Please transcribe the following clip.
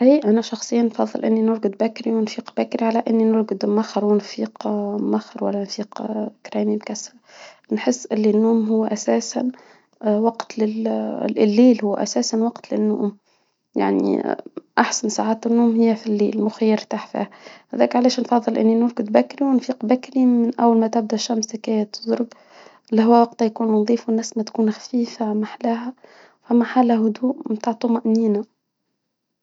أي، أنا شخصيًا أفظل إني نرقد بكري ونفيق بكري على إني نرقد مأخر ونفيق مأخر و لا نفيق تراني مكسرة، نحس اللي النوم هو أساسًا وقت للل <> الليل هو أساسًا هو وقت للنوم ، يعني أحسن ساعات النوم هي في الليل ،مخي يرتاح فيها، هذاك علشان خاطر إني نرقد بكري ونفيق بكري من أول ما تبدا الشمس تزرد، الهوا وقتها يكون نظيف، والنسمة تكون خفيفة ما أحلاها، أما حالها هدوء متاع طمأنينة.